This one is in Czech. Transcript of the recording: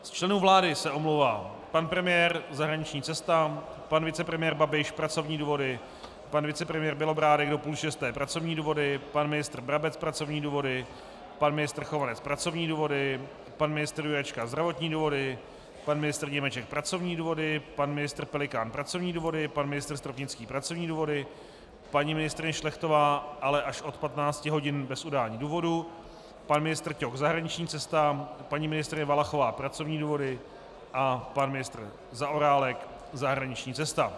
Z členů vlády se omlouvají: pan premiér zahraniční cesta, pan vicepremiér Babiš pracovní důvody, pan vicepremiér Bělobrádek do 17.30 pracovní důvody, pan ministr Brabec pracovní důvody, pan ministr Chovanec pracovní důvody, pan ministr Jurečka zdravotní důvody, pan ministr Němeček pracovní důvody, pan ministr Pelikán pracovní důvody, pan ministr Stropnický pracovní důvody, paní ministryně Šlechtová od 15 hodin bez udání důvodu, pan ministr Ťok zahraniční cesta, paní ministryně Valachová pracovní důvody a pan ministr Zaorálek zahraniční cesta.